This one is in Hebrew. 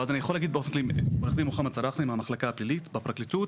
עו"ד סראחנה מהמחלקה הכללית בפרקליטות,